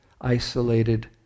isolated